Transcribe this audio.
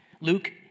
Luke